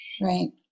Right